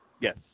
Yes